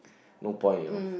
no point you know